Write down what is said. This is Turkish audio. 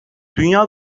dünya